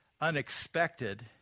unexpected